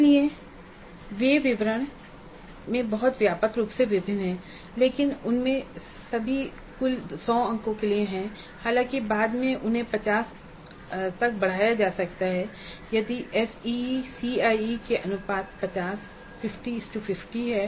इसलिए वे विवरण में बहुत व्यापक रूप से भिन्न हैं लेकिन उनमें से लगभग सभी कुल 100 अंकों के लिए हैं हालांकि बाद में उन्हें 50 तक बढ़ाया जा सकता है यदि एसईई सीआईई अनुपात 5050 हैं